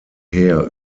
heer